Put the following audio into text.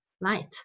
light